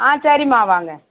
ஆ சரிம்மா வாங்க